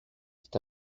c’est